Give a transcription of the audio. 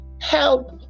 help